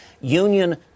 union